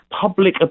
public